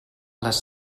les